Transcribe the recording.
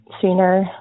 sooner